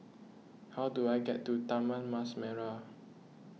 how do I get to Taman Mas Merah